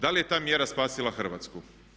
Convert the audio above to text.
Da li je ta mjera spasila Hrvatsku?